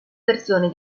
versioni